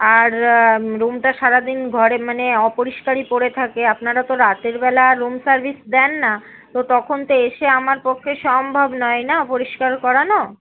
আর রুমটা সারাদিন ঘরে মানে অপরিষ্কারই পড়ে থাকে আপনারা তো রাতের বেলা আর রুম সার্ভিস দেন না তো তখন তো এসে আমার পক্ষে সম্ভব নয় না পরিষ্কার করানো